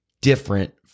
different